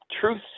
truth